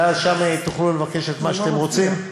ושם תוכלו לבקש את מה שאתם רוצים.